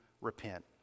repent